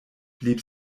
blieb